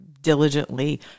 diligently